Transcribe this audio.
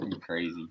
Crazy